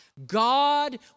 God